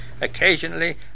Occasionally